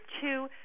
two